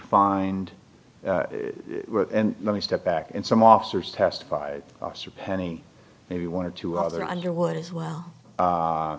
find and let me step back and some officers testified officer penny maybe one or two other underwood as well